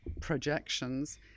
projections